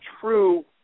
true